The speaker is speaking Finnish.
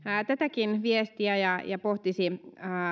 tätäkin viestiä ja ja pohtisi